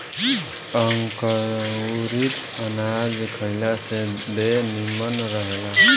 अंकुरित अनाज खइला से देह निमन रहेला